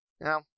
Now